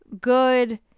good